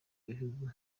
ibihugu